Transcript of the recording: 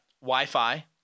Wi-Fi